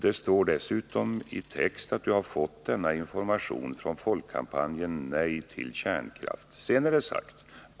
Det står dessutom i texten: ”Du har fått denna information från Folkkampanjen Nej till kärnkraft .